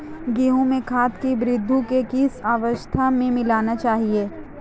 गेहूँ में खाद को वृद्धि की किस अवस्था में मिलाना चाहिए?